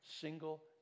single